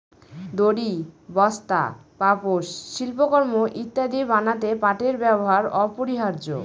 দড়ি, বস্তা, পাপোষ, শিল্পকর্ম ইত্যাদি বানাতে পাটের ব্যবহার অপরিহার্য